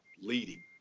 leading